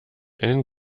einen